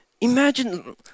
Imagine